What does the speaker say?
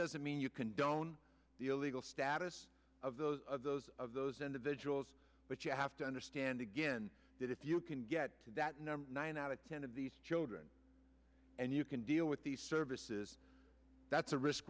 doesn't mean you condone the illegal status of those of those of those individuals but you have to understand again that if you can get that number nine out of ten of these children and you can deal with these services that's a risk